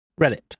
Reddit